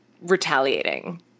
retaliating